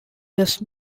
does